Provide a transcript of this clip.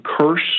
curse